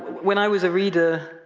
when i was a reader,